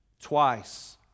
Twice